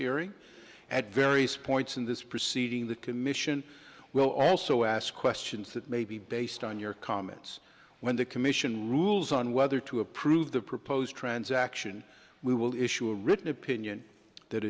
hearing at various points in this proceeding the commission will also ask questions that may be based on your comments when the commission rules on whether to approve the proposed transaction we will issue a written opinion that